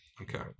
Okay